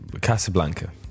Casablanca